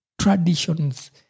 traditions